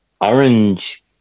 orange